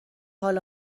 حال